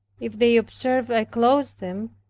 if they observed i closed them,